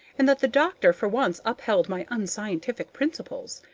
and that the doctor for once upheld my unscientific principles.